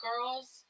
girls